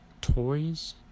toys